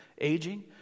aging